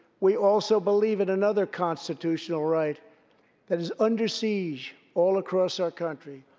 we also believe in another constitutional right that is under siege all across our country.